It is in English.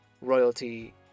royalty